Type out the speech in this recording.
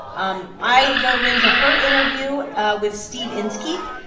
um i dove into her interview ah with steve inskeep,